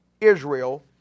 Israel